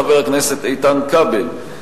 חבר הכנסת איתן כבל.